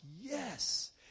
yes